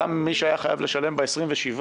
גם מי שהיה חייב לשלם ב-27,